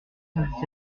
soixante